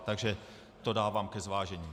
Takže to dávám ke zvážení.